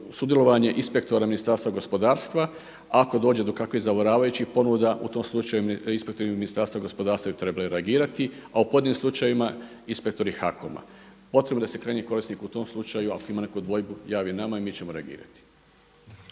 sudjelovanje inspektora Ministarstva gospodarstva ako dođe do kakvih zavaravajućih ponuda u tom slučaju inspektori Ministarstva gospodarstva bi trebali reagirati, a u pojedinim slučajevima inspektori HAKOM-a. Potrebno je da se krajnji korisnik u tom slučaju ako ima neku dvojbu javi nama i mi ćemo reagirati.